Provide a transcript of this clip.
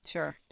Sure